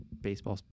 baseball